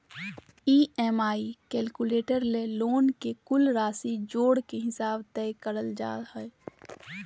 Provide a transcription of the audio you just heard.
EMI calculator से loan के कुल राशि जोड़ के हिसाब तय करल जा हय